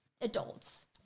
adults